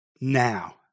now